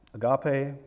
agape